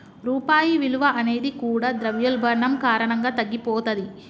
రూపాయి విలువ అనేది కూడా ద్రవ్యోల్బణం కారణంగా తగ్గిపోతది